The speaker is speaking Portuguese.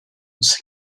você